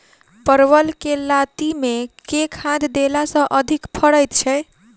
परवल केँ लाती मे केँ खाद्य देला सँ अधिक फरैत छै?